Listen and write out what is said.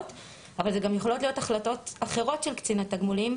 אבל הן גם יכולות החלטות אחרות של קצין התגמולים,